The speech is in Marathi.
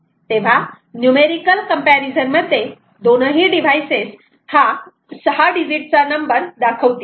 तेव्हा न्यूमेरिकल कम्पॅरिझन मध्ये दोनही डिव्हाइसेस हा 6 डिजिट चा नंबर दाखवतील